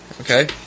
Okay